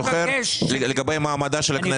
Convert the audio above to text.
לגבי מעמדה של הכנסת.